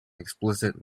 explicit